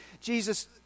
Jesus